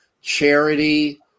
charity